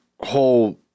whole